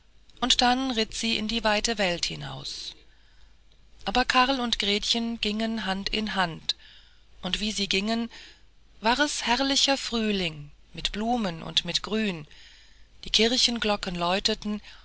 und dann ritt sie in die weite welt hinaus aber karl und gretchen gingen hand in hand und wie sie gingen war es herrlicher frühling mit blumen und mit grün die kirchenglocken läuteten